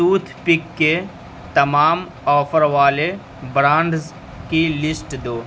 tooth پک کے تمام offer والے برانڈس کی لسٹ دو